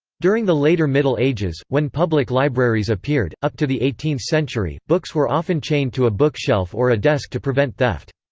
during the later middle ages, when public libraries appeared, up to the eighteenth century, books were often chained to a bookshelf or a desk to prevent theft.